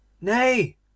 Nay